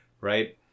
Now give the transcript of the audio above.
right